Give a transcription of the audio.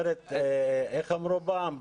איך אמרו פעם?